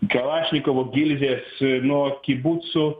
kalašnikovo gilzės nuo kibucų